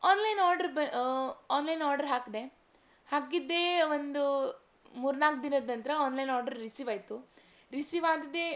online order ಬ online order ಹಾಕಿದೆ ಹಾಕಿದ್ದೆ ಒಂದು ಮೂರು ನಾಲ್ಕು ದಿನದ ನಂತರ ಆನ್ಲೈನ್ ಆರ್ಡ್ರ್ ರಿಸೀವಾಯಿತು ರಿಸೀವಾಗಿದ್ದೆ